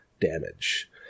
damage